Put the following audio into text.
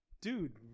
Dude